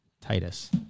titus